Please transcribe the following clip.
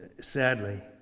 sadly